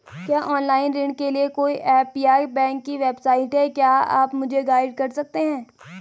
क्या ऑनलाइन ऋण के लिए कोई ऐप या बैंक की वेबसाइट है क्या आप मुझे गाइड कर सकते हैं?